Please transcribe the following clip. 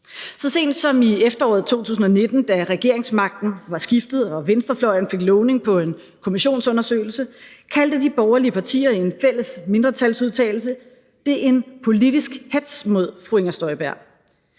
Så sent som i efteråret 2019, da regeringsmagten var skiftet og venstrefløjen fik lovning på en kommissionsundersøgelse, kaldte de borgerlige partier i en fælles mindretalsudtalelse det en politisk hetz mod fru Inger Støjberg.